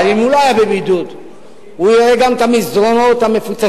אבל אם הוא לא בבידוד הוא יראה גם את המסדרונות המפוצצים,